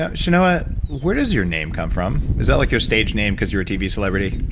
ah chenoa, where does your name come from? is that like your stage name because you were a tv celebrity?